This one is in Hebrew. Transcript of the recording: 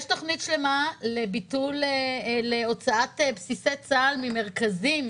יש תוכנית שלמה להוצאת בסיסי צה"ל ממרכזים,